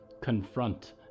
Confront